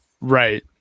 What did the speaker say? Right